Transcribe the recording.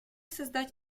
создать